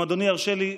אם אדוני ירשה לי,